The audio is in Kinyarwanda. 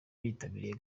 bitabiriye